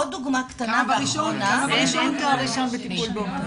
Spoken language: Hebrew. עוד דוגמה קטנה ואחרונה -- אין תואר ראשון בטיפול באומנות.